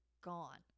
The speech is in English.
gone